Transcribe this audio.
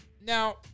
Now